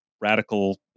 radical